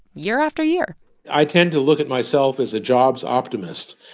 year after year i tend to look at myself as a jobs optimist.